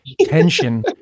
Tension